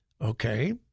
Okay